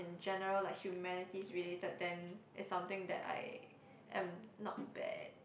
in general like humanities related then it's something that I am not bad